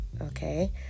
Okay